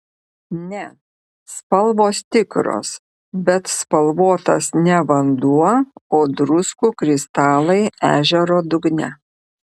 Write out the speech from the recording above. ne spalvos tikros bet spalvotas ne vanduo o druskų kristalai ežero dugne